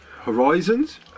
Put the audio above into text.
Horizons